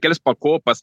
kelias pakopas